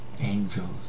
angels